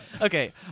Okay